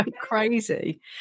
crazy